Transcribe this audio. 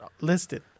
listed